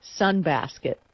Sunbasket